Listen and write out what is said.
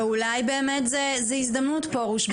ואולי באמת זו הזדמנות פרוש,